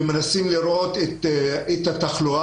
ומנסים לראות את התחלואה.